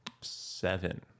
Seven